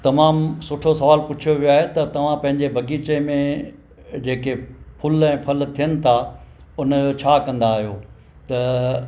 तमामु सुठो सवाल पुछो वियो आहे त तव्हां पंहिंजे बग़ीचे में जेके फूल ऐं फल थियनि था उन जो छा कंदा आहियो त